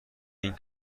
این